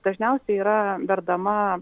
dažniausiai yra verdama